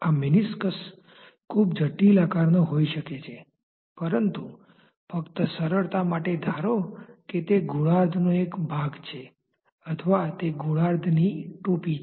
આ મેનિસ્કસ ખૂબ જટિલ આકારનો હોઈ શકે છે પરંતુ ફક્ત સરળતા માટે ધારો કે તે ગોળાર્ધનો એક ભાગ છે અથવા તે ગોળાર્ધની ટોપી છે